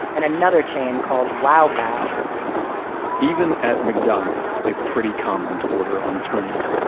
and another chain called wow bao even at mcdonald's, it's pretty common to order on a screen,